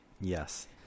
Yes